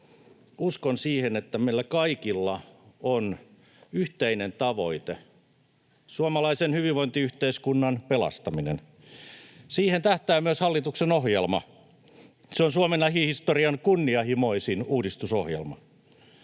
uskon siihen, että meillä kaikilla on yhteinen tavoite: suomalaisen hyvinvointiyhteiskunnan pelastaminen. Siihen tähtää myös hallituksen ohjelma. Se on Suomen lähihistorian kunnianhimoisin uudistusohjelma.